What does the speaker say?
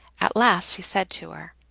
at last he said to her,